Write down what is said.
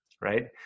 Right